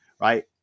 right